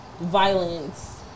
violence